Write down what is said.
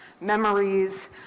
memories